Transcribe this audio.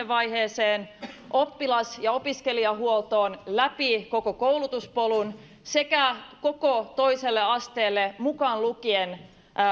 vaiheeseen oppilas ja opiskelijahuoltoon läpi koko koulutuspolun sekä koko toiselle asteelle mukaan lukien